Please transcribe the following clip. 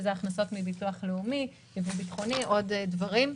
מביטוח לאומי ועוד כל מיני דברים,